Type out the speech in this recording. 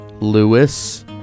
Lewis